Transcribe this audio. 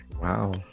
wow